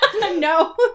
No